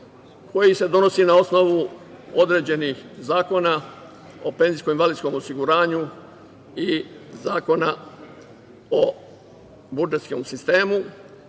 koji se donosi na osnovu određenih zakona o penzijskom i invalidskom osiguranju i Zakona o budžetskom sistemu.